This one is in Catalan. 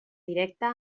directa